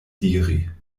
diri